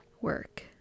work